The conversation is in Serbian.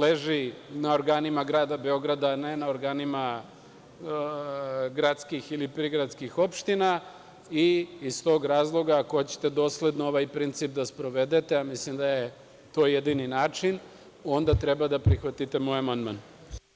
leži na organima grada Beograda, ne na organima gradskih ili prigradskih opština i iz tog razloga, ako hoćete dosledno ovaj princip da sprovedete, a mislim da je to jedini način, onda treba da prihvatite moj amandman.